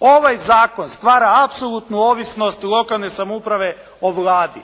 Ovaj zakon stvara apsolutnu ovisnost lokalne samouprave o Vladi.